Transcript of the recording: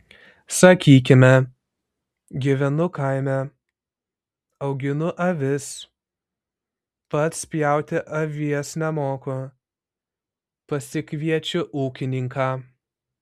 sakykime gyvenu kaime auginu avis pats pjauti avies nemoku pasikviečiu ūkininką